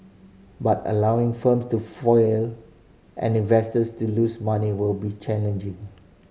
but allowing firms to fail and investors to lose money will be challenging